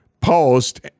post